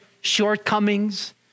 shortcomings